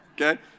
Okay